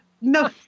no